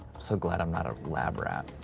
so glad i'm not a lab rat.